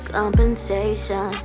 compensation